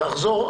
נחזור.